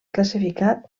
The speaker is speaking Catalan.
classificat